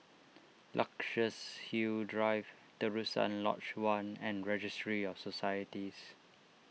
Luxus Hill Drive Terusan Lodge one and Registry of Societies